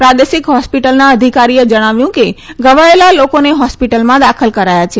પ્રાદેશિક હોસ્પિટલના અધિકારીએ જણાવ્યું કે ઘવાયેલા લોકોને હોસ્પિટલમાં દાખલ કરાયા છે